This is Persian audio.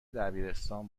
دبیرستان